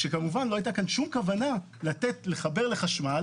שכמובן לא היתה כאן שום כוונה לתת לחבר לחשמל